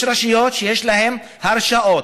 יש רשויות שיש להן הרשאות,